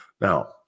Now